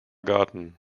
garten